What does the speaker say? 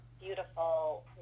beautiful